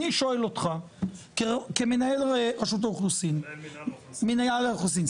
אני שואל אותך כמנהל מנהל האוכלוסין,